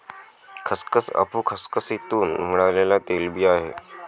खसखस अफू खसखसीतुन मिळालेल्या तेलबिया आहे